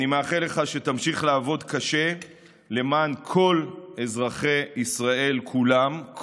אני מאחל לך שתמשיך לעבוד קשה למען כל אזרחי ישראל כולם,